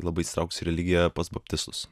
labai įsitraukus į religiją pas baptistus